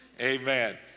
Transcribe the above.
amen